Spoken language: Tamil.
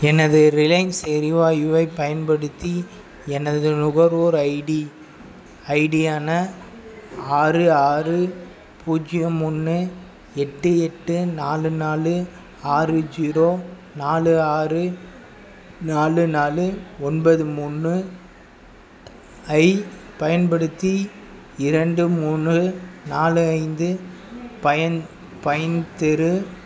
எனது ரிலையன்ஸ் எரிவாயுவை பயன்படுத்தி எனது நுகர்வோர் ஐடி ஐடியான ஆறு ஆறு பூஜ்ஜியம் ஒன்று எட்டு எட்டு நாலு நாலு ஆறு ஜீரோ நாலு ஆறு நாலு நாலு ஒன்பது மூணு ஐப் பயன்படுத்தி இரண்டு மூணு நாலு ஐந்து பயன் பைன் தெரு